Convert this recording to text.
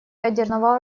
ядерного